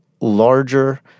larger